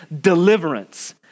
deliverance